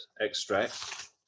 extract